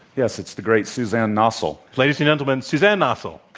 yes. it's the great suzanne nossel. ladies and gentlemen, suzanne nossel.